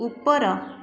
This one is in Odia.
ଉପର